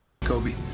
Kobe